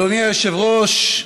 אדוני היושב-ראש,